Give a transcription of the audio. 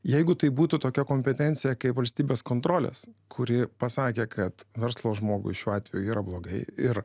jeigu tai būtų tokia kompetencija kaip valstybės kontrolės kuri pasakė kad verslo žmogui šiuo atveju yra blogai ir